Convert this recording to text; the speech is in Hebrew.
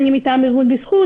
אני מטעם ארגון בזכות,